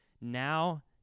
Now